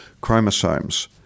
chromosomes